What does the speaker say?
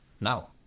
now